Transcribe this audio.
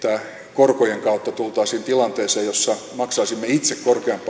korkojen kautta tultaisiin tilanteeseen jossa maksaisimme itse korkeampaa korkoa